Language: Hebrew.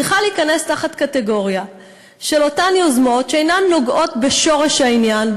צריכה להיכנס תחת קטגוריה של אותן יוזמות שאינן נוגעות בשורש העניין,